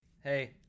Hey